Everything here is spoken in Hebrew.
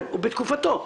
בתקופתו.